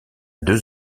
deux